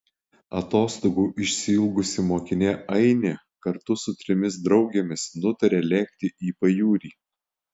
atostogų išsiilgusi mokinė ainė kartu su trimis draugėmis nutaria lėkti į pajūrį